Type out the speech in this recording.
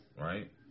right